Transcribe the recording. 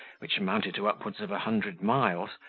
which amounted to upwards of a hundred miles,